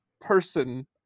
person